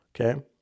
Okay